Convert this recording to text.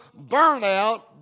burnout